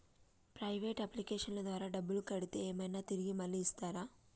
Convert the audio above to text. Private అప్లికేషన్ల ద్వారా డబ్బులు కడితే ఏమైనా తిరిగి మళ్ళీ ఇస్తరా?